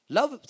Love